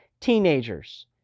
teenagers